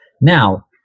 Now